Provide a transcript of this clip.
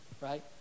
right